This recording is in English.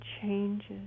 changes